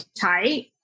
tight